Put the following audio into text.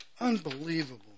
Unbelievable